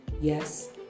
Yes